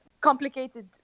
complicated